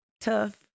tough